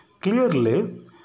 clearly